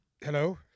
Hello